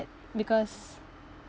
because